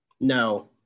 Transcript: No